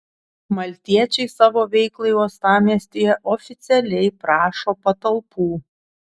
maltiečiai savo veiklai uostamiestyje oficialiai prašo patalpų